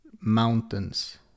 mountains